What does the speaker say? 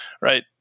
right